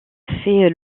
fait